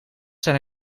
zijn